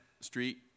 street